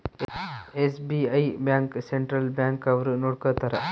SBI bank central bank ಅವ್ರು ನೊಡ್ಕೋತರ